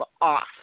off